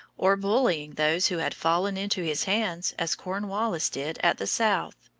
or bullying those who had fallen into his hands as cornwallis did at the south,